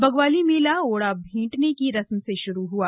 बग्वाली मेला ओड़ा भैंटने की रस्म से शुरू हआ